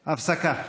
הפסקה.